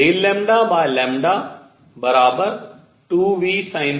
Δλ 2vsinθc प्रति परावर्तन